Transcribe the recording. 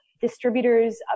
distributors